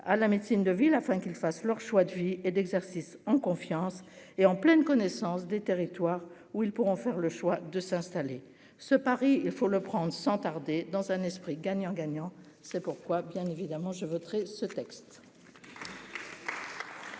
à la médecine de ville afin qu'ils fassent leur choix de vie et d'exercice en confiance et en pleine connaissance des territoires où ils pourront faire le choix de s'installer ce pari, il faut le prendre sans tarder, dans un esprit gagnant-gagnant, c'est pourquoi, bien évidemment, je voterai ce texte.